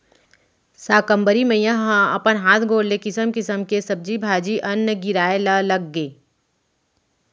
साकंबरी मईया ह अपन हात गोड़ ले किसम किसम के सब्जी भाजी, अन्न गिराए ल लगगे